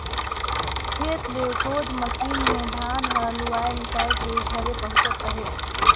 खेते ले सोझ मसीन मे धान हर लुवाए मिसाए के घरे पहुचत अहे